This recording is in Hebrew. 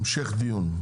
המשך דיון.